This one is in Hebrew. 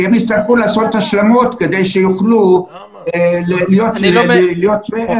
הם יצטרכו לעשות השלמות כדי שיוכלו להיות שווי ערך.